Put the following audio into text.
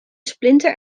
splinter